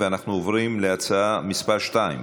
אנחנו עוברים לנושא השני,